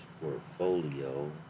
portfolio